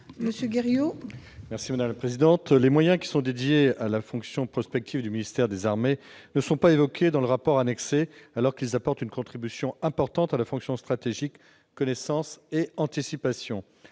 : La parole est à M. Joël Guerriau. Les moyens dédiés à la fonction « prospective » du ministère des armées ne sont pas évoqués dans le rapport annexé, alors qu'ils apportent une contribution importante à la fonction stratégique « connaissance et anticipation